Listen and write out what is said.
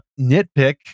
nitpick